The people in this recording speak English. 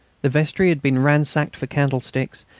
the vestry had been ransacked for candlesticks,